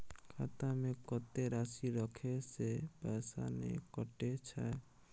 खाता में कत्ते राशि रखे से पैसा ने कटै छै?